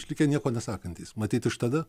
išlikę nieko nesakantys matyt iš tada